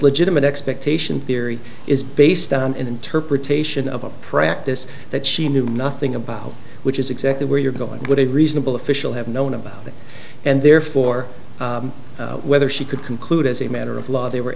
legitimate expectation theory is based on an interpretation of a practice that she knew nothing about which is exactly where you're going to get a reasonable official have known about and therefore whether she could conclude as a matter of law they were